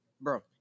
bro